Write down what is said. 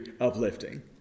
uplifting